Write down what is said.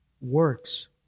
works